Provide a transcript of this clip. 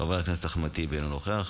חבר הכנסת אחמד טיבי אינו נוכח.